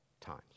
times